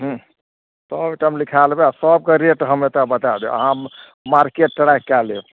हूँ सबटामे लिखाइ लेबय आओर सबके रेट हम एतऽ बताय देब अहाँ मार्केट ट्राइ कए लेब